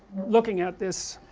looking at this,